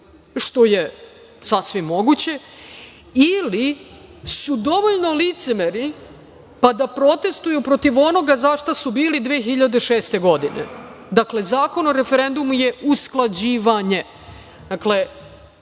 što je sasvim moguće, ili su dovoljno licemeri pa da protestuju protiv onoga za šta su bili 2006. godine. Dakle, Zakon o referendumu je usklađivanje. Konačno,